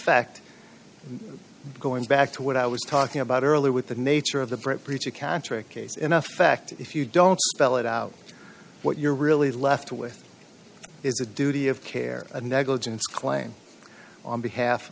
fact going back to what i was talking about earlier with the nature of the brit breach of contract case in effect if you don't spell it out what you're really left with is a duty of care and negligence claim on behalf